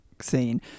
scene